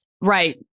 Right